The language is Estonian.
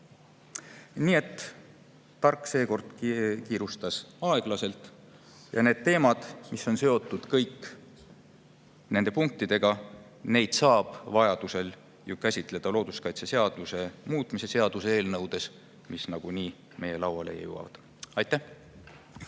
Nii et tark seekord kiirustas aeglaselt. Neid teemasid, mis on seotud nende punktidega, saab vajaduse korral käsitleda ju looduskaitseseaduse muutmise seaduse eelnõudes, mis nagunii meie lauale jõuavad. Aitäh!